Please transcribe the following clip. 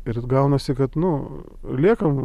ir gaunasi kad nu liekam